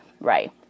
right